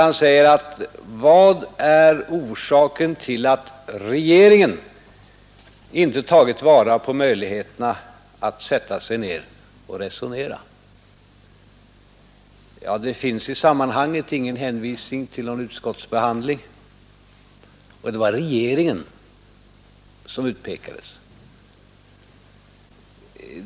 Han säger: ”Vad är orsaken till att regeringen ——— inte har tagit vara på möjligheterna att sätta sig ned och resonera?” Det finns i sammanhanget ingen hänvisning till någon utskottsbehandling, och det var regeringen som utpekades.